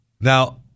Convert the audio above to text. Now